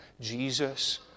Jesus